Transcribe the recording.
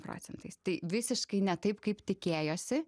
procentais tai visiškai ne taip kaip tikėjosi